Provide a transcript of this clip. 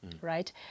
right